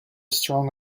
strong